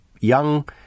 young